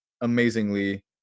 amazingly